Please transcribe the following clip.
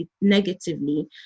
negatively